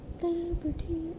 Liberty